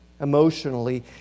emotionally